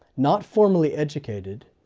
not formally educated.